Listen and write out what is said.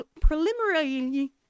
preliminary